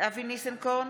אבי ניסנקורן,